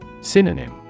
Synonym